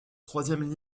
troisième